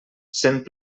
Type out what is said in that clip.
sent